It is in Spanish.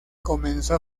comenzó